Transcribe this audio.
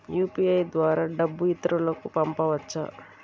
UPI ద్వారా డబ్బు ఇతరులకు పంపవచ్చ?